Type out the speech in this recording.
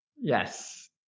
Yes